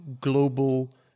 global